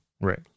Right